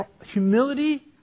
humility